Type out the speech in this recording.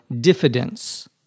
diffidence